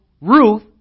Ruth